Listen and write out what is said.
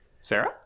Sarah